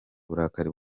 uburakari